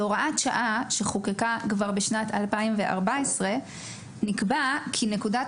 בהוראת שעה שחוקקה כבר בשנת 2014 נקבע כי נקודת